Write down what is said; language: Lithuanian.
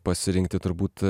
pasirinkti turbūt